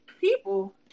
people